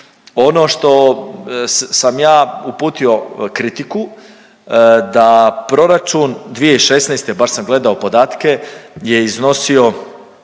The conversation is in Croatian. Ono što sam ja uputio kritiku, da proračun 2016., baš sam gledao podatke je iznosio